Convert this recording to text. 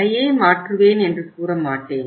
கடையை மாற்றுவேன் என்று கூற மாட்டேன்